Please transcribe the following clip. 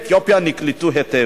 עולי אתיופיה נקלטו היטב.